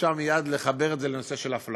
אפשר לחבר את זה מייד לנושא האפליה.